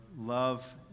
love